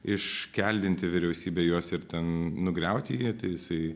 iškeldinti vyriausybė juos ir ten nugriauti jį jisai